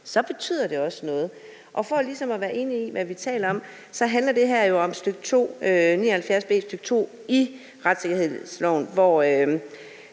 så betyder det også noget? For ligesom at være enige om, hvad vi taler om, handler det her jo om § 79 b, stk. 2, i retssikkerhedsloven, hvor